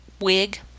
wig